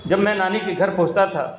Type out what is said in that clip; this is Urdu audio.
جب میں نانی کے گھر پہنچتا تھا